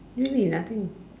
really nothing